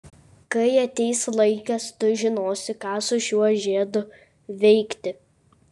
kai ateis laikas tu žinosi ką su šiuo žiedu veikti